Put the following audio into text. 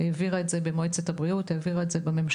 העבירה את זה במועצת הבריאות והממשלה,